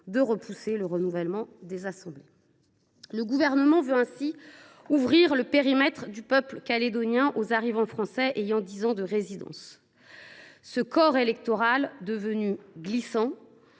de repousser le renouvellement des assemblées. » Le Gouvernement veut ainsi ouvrir le périmètre du peuple calédonien aux arrivants français résidant depuis dix ans sur le territoire. Ce corps électoral, devenu glissant,